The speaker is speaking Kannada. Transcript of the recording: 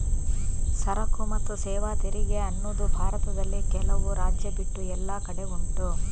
ಸರಕು ಮತ್ತು ಸೇವಾ ತೆರಿಗೆ ಅನ್ನುದು ಭಾರತದಲ್ಲಿ ಕೆಲವು ರಾಜ್ಯ ಬಿಟ್ಟು ಎಲ್ಲ ಕಡೆ ಉಂಟು